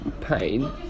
pain